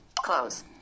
Close